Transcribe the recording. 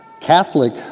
Catholic